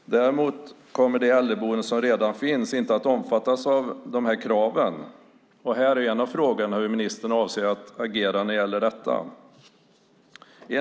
Däremot kommer de äldreboenden som redan finns inte att omfattas av dessa krav. Hur avser ministern att agera när det gäller detta?